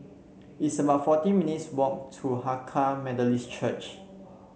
it's about forty minutes' walk to Hakka Methodist Church